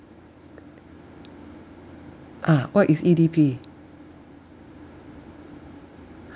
a'ah what is E_D_P